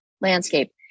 landscape